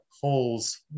holes